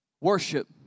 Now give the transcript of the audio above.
Worship